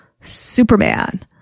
Superman